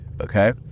okay